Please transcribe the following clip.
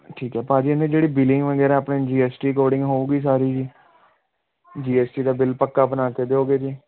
ਠੀਕ ਹੈ ਭਾਅ ਜੀ ਇਨ੍ਹਾਂ ਦੀ ਜਿਹੜੀ ਬਿਲਿੰਗ ਵਗੈਰਾ ਆਪਣੀ ਜੀ ਐੱਸ ਟੀ ਅਕੋਡਿੰਗ ਹੋਊਗੀ ਸਾਰੀ ਜੀ ਜੀ ਐੱਸ ਟੀ ਦਾ ਬਿੱਲ ਪੱਕਾ ਬਣਾ ਕੇ ਦਿਓਗੇ ਜੀ